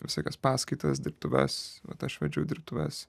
visokias paskaitas dirbtuves vat aš vedžiau dirbtuves